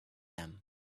them